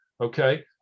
okay